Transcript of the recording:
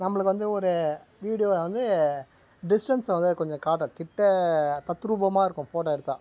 நம்மளுக்கு வந்து ஒரு வீடியோவை வந்து டிஸ்டன்ஸை வந்து அது கொஞ்சம் காட்டாது கிட்டே தத்ரூபமாக இருக்கும் ஃபோட்டோ எடுத்தால்